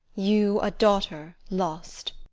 you a daughter, lost.